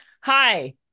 Hi